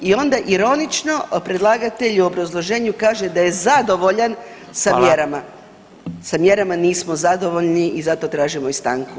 I onda ironično predlagatelj u obrazloženju kaže da je zadovoljan sa mjerama [[Upadica Radin: Hvala.]] Sa mjerama nismo zadovoljni i zato tražimo i stanku.